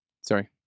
Sorry